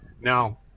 Now